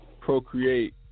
Procreate